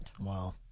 Wow